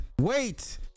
wait